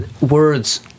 words